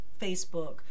Facebook